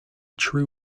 true